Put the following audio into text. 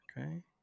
okay